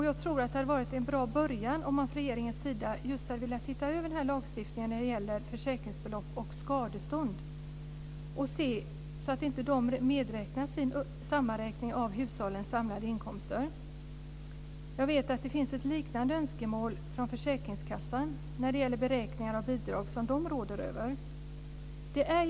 Jag tror att det hade varit en bra början om man från regeringen hade velat se över lagstiftningen när det gäller försäkringsbelopp och skadestånd och se till att dessa två fall inte ska medräknas vid en sammanräkning av hushållens samlade inkomster. Jag vet att det finns ett liknande önskemål från försäkringskassan när det gäller beräkningar av bidrag som den råder över.